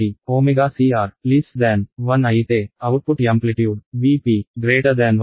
కాబట్టి ωCR1 అయితే output amplitude V p 1 ఇది ω కు విలోమానుపాతంలో ఉంటుంది